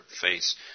face